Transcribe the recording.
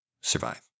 survive